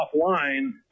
offline